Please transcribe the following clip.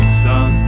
sun